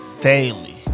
daily